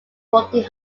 working